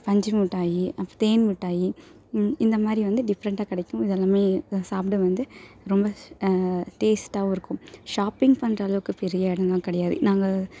பஞ்சு மிட்டாயி அப்புறம் தேன் மிட்டாய் இந்த மாதிரி வந்து டிஃப்ரெண்ட்டாக கிடைக்கும் இதெல்லாமே இதை சாப்பிட வந்து ரொம்ப டேஸ்ட்டாகவும் இருக்கும் ஷாப்பிங் பண்ணுற அளவுக்கு பெரிய இடம்லாம் கிடையாது நாங்கள்